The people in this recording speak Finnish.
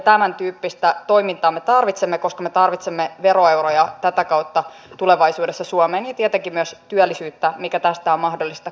tämäntyyppistä toimintaa me tarvitsemme koska me tarvitsemme veroeuroja tätä kautta tulevaisuudessa suomeen ja tietenkin myös työllisyyttä mitä tästä on mahdollista kummuta